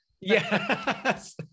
Yes